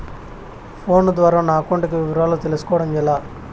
Phone ద్వారా నా account యొక్క వివరాలు తెలుస్కోవడం ఎలా?